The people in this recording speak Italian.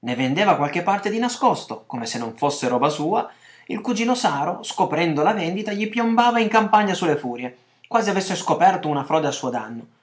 ne vendeva qualche parte di nascosto come se non fosse roba sua il cugino saro scoprendo la vendita gli piombava in campagna su le furie quasi avesse scoperto una frode a suo danno